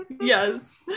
Yes